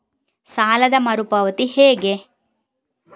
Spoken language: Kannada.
ಸಾಲದ ಮರು ಪಾವತಿ ಹೇಗೆ?